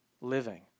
living